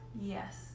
yes